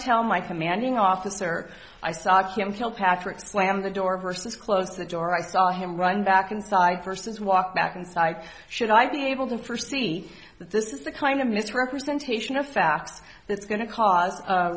tell my commanding officer i saw him kilpatrick slam the door versus closed the door i saw him run back inside versus walk back inside should i be able to proceed this is the kind of misrepresentation of facts that's going to cause